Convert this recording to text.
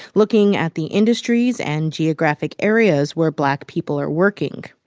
looking at the industries and geographic areas where black people are working.